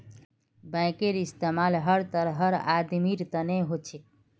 बैंकेर इस्तमाल हर तरहर आदमीर तने हो छेक